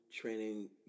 training